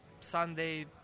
Sunday